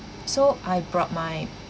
so I brought my